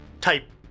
type